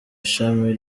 ishami